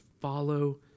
follow